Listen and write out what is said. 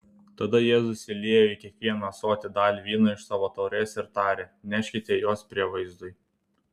tada jėzus įliejo į kiekvieną ąsotį dalį vyno iš savo taurės ir tarė neškite juos prievaizdui